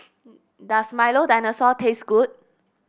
does Milo Dinosaur taste good